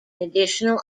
additional